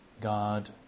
God